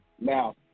now